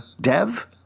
Dev